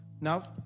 Now